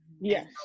Yes